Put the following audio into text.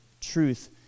truth